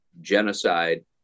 genocide